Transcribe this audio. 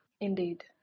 Indeed